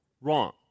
Wrong